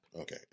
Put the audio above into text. okay